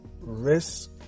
Risk